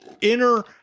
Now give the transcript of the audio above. inner